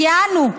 כי אנו,